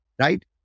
Right